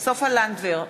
סופה לנדבר,